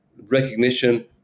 recognition